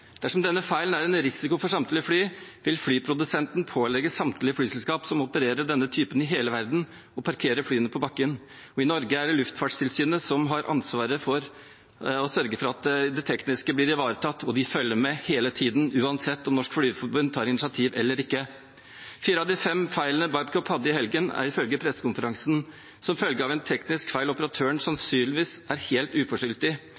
Dersom denne feilen er en risiko for samtlige fly, vil flyprodusenten pålegge samtlige flyselskap som opererer denne typen i hele verden, å parkere flyene på bakken. I Norge er det Luftfartstilsynet som har ansvaret for å sørge for at det tekniske blir ivaretatt, og de følger med hele tiden, uansett om Norsk Flygerforbund tar initiativ eller ikke. Fire av de fem feilene Babcock hadde i helgen, er ifølge pressekonferansen som følge av en teknisk feil operatøren